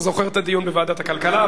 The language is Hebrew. אתה זוכר את הדיון בוועדת הכלכלה,